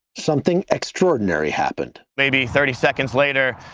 something extraordinary happened. maybe thirty seconds later,